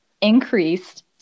increased